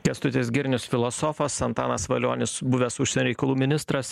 kęstutis girnius filosofas antanas valionis buvęs užsienio reikalų ministras